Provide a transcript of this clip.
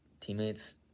Teammates